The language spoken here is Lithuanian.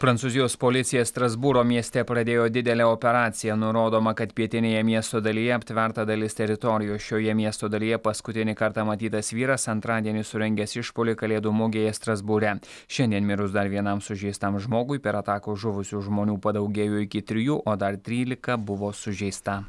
prancūzijos policija strasbūro mieste pradėjo didelę operaciją nurodoma kad pietinėje miesto dalyje aptverta dalis teritorijos šioje miesto dalyje paskutinį kartą matytas vyras antradienį surengęs išpuolį kalėdų mugėje strasbūre šiandien mirus dar vienam sužeistam žmogui per ataką žuvusių žmonių padaugėjo iki trijų o dar trylika buvo sužeista